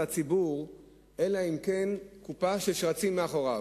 הציבור אלא אם כן קופה של שרצים מאחוריו,